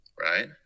right